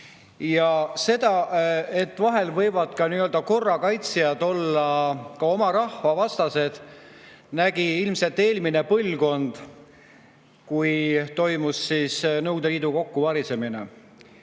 Seda, et vahel võivad ka korrakaitsjad olla oma rahva vastased, nägi ilmselt eelmine põlvkond, kui toimus Nõukogude Liidu kokkuvarisemine.